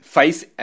Face